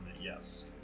yes